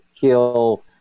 kill